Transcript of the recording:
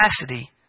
capacity